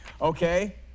okay